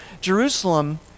Jerusalem